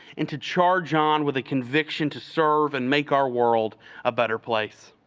and to charge on with a conviction to serve and make our world a better place.